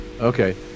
okay